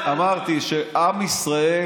אמרתי שעם ישראל